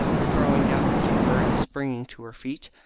throwing down her paper and springing to her feet.